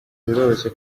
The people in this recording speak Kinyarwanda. biroroshye